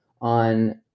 on